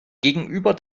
gegenüber